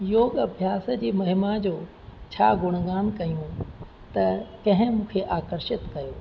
योग अभ्यास जी महिमा जो छा गुण गान कयूं त कंहिं मूंखे आकर्षित कयो